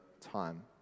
time